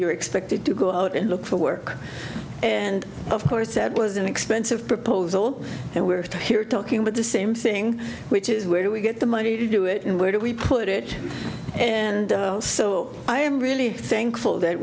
you're expected to go out and look for work and of course that was an expensive proposal and we're here talking with the same thing which is where do we get the money to do it and where do we put it and so i am really thankful that